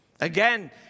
Again